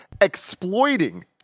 exploiting